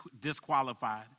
disqualified